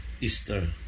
Easter